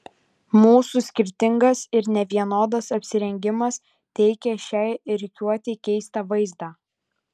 mūsų skirtingas ir nevienodas apsirengimas teikė šiai rikiuotei keistą vaizdą